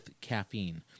caffeine—